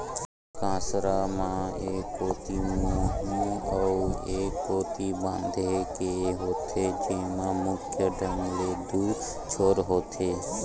कांसरा म एक कोती मुहूँ अउ ए कोती बांधे के होथे, जेमा मुख्य ढंग ले दू छोर होथे